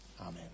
Amen